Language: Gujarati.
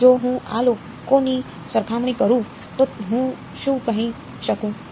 તેથી જો હું આ લોકોની સરખામણી કરું તો હું શું કહી શકું